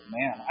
man